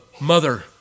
mother